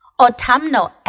autumnal